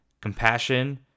compassion